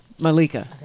Malika